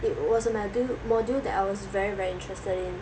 it was a module module that I was very very interested in